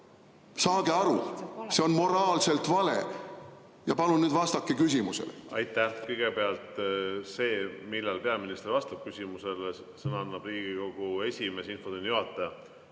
Saage aru, see on moraalselt vale! Ja palun nüüd vastake küsimusele. Aitäh! Kõigepealt, millal peaminister vastab küsimusele – sõna annab Riigikogu esimees, infotunni juhataja.